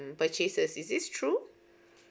purchases is this true